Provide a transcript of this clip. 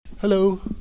Hello